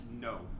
No